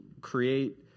create